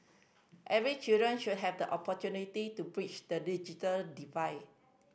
every children should have the opportunity to bridge the digital divide